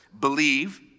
Believe